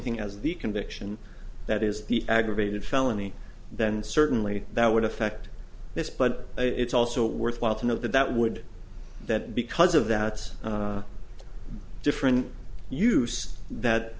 conviction that is the aggravated felony then certainly that would affect this but it's also worthwhile to know that that would that because of that it's a different use that